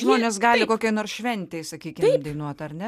žmonės gali kokioj nors šventėj sakykim dainuot ar ne